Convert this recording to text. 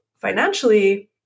financially